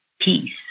peace